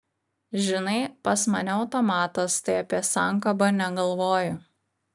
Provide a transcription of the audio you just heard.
žinai pas mane automatas tai apie sankabą negalvoju